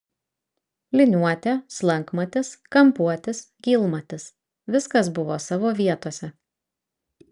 liniuotė slankmatis kampuotis gylmatis viskas buvo savo vietose